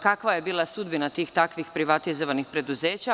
Kakva je bila sudbina tih takvih privatizovanih preduzeća?